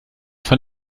von